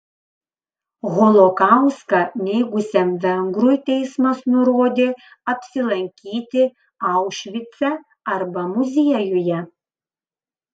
holokaustą neigusiam vengrui teismas nurodė apsilankyti aušvice arba muziejuje